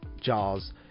Jaws